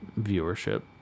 viewership